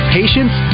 patience